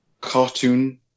cartoon